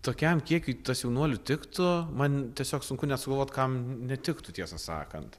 tokiam kiekiui tas jaunuolių tiktų man tiesiog sunku net sugalvot kam netiktų tiesą sakant